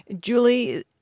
Julie